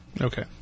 Okay